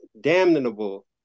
damnable